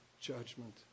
judgment